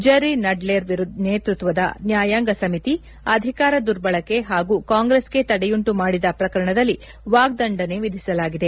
Jerry Nadler ನೇತೃತ್ವದ ನ್ಯಾಯಾಂಗ ಸಮಿತಿ ಅಧಿಕಾರ ದುರ್ಬಳಕೆ ಹಾಗೂ ಕಾಂಗ್ರೆಸ್ಗೆ ತಡೆಯುಂಟು ಮಾಡಿದ ಪ್ರಕರಣದಲ್ಲಿ ವಾಗ್ದಂಡನೆ ವಿಧಿಸಲಾಗಿದೆ